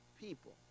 people